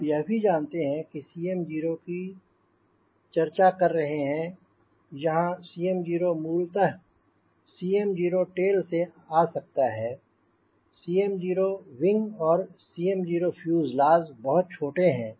आप यह भी जानते हैं कि जब आप 𝐶mo की चर्चा कर रहे हैं यहांँ 𝐶mo मूलतः 𝐶mo tail से आ सकता है 𝐶mo wing और 𝐶mo fuselage बहुत छोटे हैं